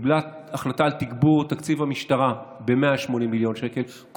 קיבלה החלטה על תגבור תקציב המשטרה ב-180 מיליון שקלים.